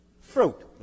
fruit